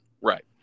right